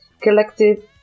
collective